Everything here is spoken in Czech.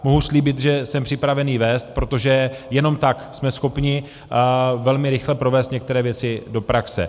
Mohu slíbit, že jsem připraven ji vést, protože jenom tak jsme schopni velmi rychle provést některé věci do praxe.